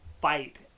fight